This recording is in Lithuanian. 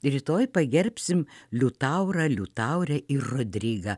rytoj pagerbsim liutaurą liutaurę ir rodrigą